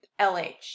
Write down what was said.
LH